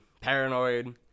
Paranoid